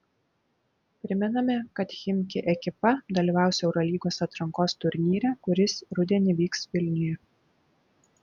primename kad chimki ekipa dalyvaus eurolygos atrankos turnyre kuris rudenį vyks vilniuje